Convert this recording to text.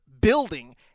building